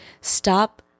stop